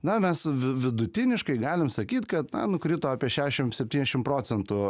na mes vi vidutiniškai galim sakyt kad nukrito apie šešim septyniašim procentų